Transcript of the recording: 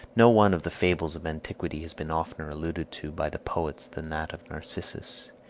no one of the fables of antiquity has been oftener alluded to by the poets than that of narcissus.